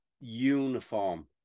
uniform